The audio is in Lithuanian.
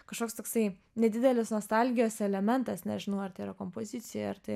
kažkoks toksai nedidelis nostalgijos elementas nežinau ar tai yra kompozicija ar tai